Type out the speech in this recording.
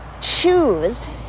choose